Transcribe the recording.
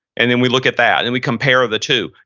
and then we look at that and we compare the two.